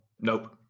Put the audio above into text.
Nope